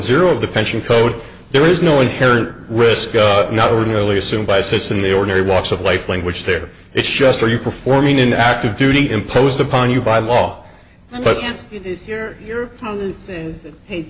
of the pension code there is no inherent risk of not ordinarily assumed by such in the ordinary walks of life language there it's just are you performing an active duty imposed upon you by law but he